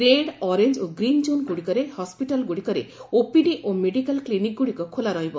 red orange ଓ green ଜୋନ୍ଗୁଡ଼ିକରେ ହସ୍କିଟାଲ୍ଗୁଡ଼ିକରେ ଓପିଡି ଓ ମେଡିକାଲ୍ କ୍ଲିନିକ୍ଗୁଡ଼ିକ ଖୋଲା ରହିବ